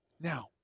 Now